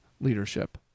leadership